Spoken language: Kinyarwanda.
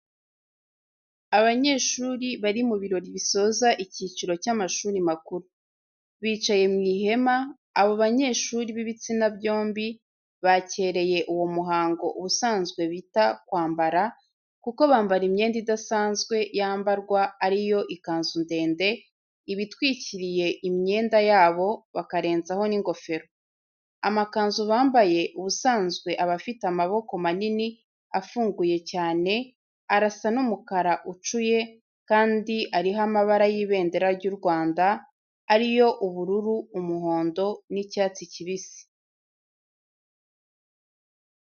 Abanyeshuri bari mu birori bisoza icyiciro cy'amashuri makuru. Bicaye mu ihema, abo banyeshuri b'ibitsina byombi, bakereye uwo muhango ubusanzwe bita "kwambara", kuko bambara imyenda idasanzwe yambarwa ari yo ikanzu ndende, iba itwikiriye imyenda yabo, bakarenzaho n'ingofero. Amakanzu bambaye, ubusanzwe aba afite amaboko manini afunguye cyane, arasa n'umukara ucuye kandi ariho amabara y'ibendera ry'u Rwanda, ariyo ubururu, umuhondo n'icyatsi kibisi.